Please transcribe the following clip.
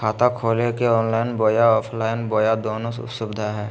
खाता खोले के ऑनलाइन बोया ऑफलाइन बोया दोनो सुविधा है?